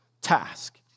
task